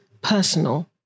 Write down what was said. personal